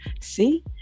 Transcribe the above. see